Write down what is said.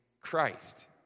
Christ